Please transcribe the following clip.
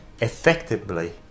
effectively